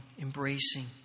embracing